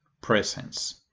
Presence